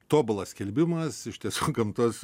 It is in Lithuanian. tobulas skelbimas iš tiesų gamtos